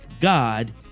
God